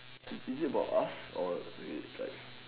is it about us or like